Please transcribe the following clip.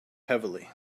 heavily